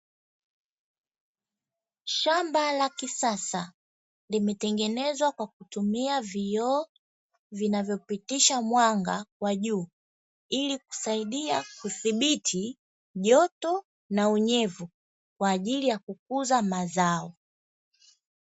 Shamba la kisasa limetengenezwa kwa kutumia vioo vinavyopitisha mwanga kwa juu, ili kusaidia kuthibiti joto na unyevu kwa ajili ya kukuza mazao.